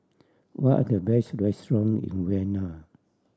what are the best restaurant in Vienna